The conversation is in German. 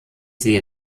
sie